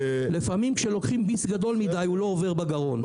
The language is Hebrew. לפעמים כשלוקחים ביס גדול מדי הוא לא עובר בגרון.